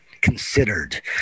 considered